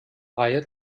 reihe